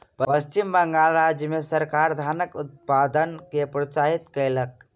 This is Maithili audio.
पश्चिम बंगाल राज्य मे सरकार धानक उत्पादन के प्रोत्साहित कयलक